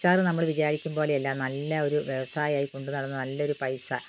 അച്ചാർ നമ്മൾ വിചാരിക്കും പോലെയല്ല നല്ല ഒരു വ്യവസായമായി കൊണ്ട് നടന്നാൽ നല്ലൊരു പൈസ